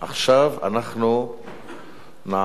אנחנו נעבור